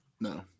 No